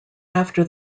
after